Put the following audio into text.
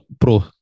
pro